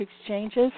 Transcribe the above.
exchanges